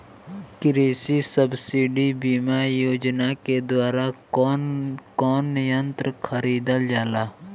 कृषि सब्सिडी बीमा योजना के द्वारा कौन कौन यंत्र खरीदल जाला?